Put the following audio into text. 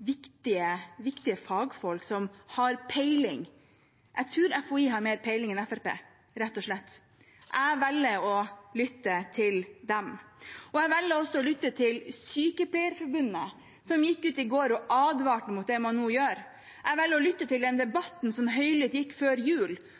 viktige fagfolk som har peiling. Jeg tror FHI har mer peiling enn Fremskrittspartiet, rett og slett. Jeg velger å lytte til dem. Jeg velger også å lytte til Sykepleierforbundet, som gikk ut i går og advarte mot det man nå gjør. Jeg velger å lytte til den